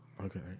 Okay